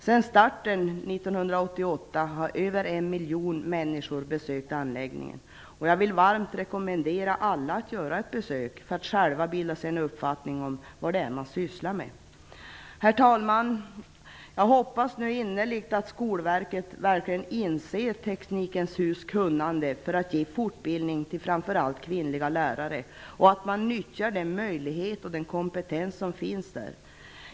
Sedan starten 1988 har över en miljon människor besökt anläggningen. Och jag vill varmt rekommendera alla att göra ett besök för att själva bilda sig en uppfattning om vad det är som man sysslar med. Herr talman! Jag hoppas nu innerligt att Skolverket verkligen inser Teknikens hus kunnande för att ge fortbildning till framför allt kvinnliga lärare och att man nyttjar den möjlighet och kompetens som finns där.